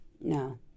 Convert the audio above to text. No